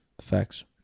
facts